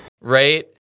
right